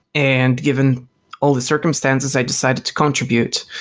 and given all the circumstances, i decided to contribute.